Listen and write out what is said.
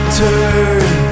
turn